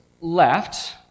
left